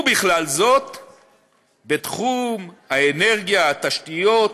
ובכלל זה בתחום האנרגיה, התשתיות,